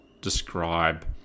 describe